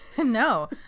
No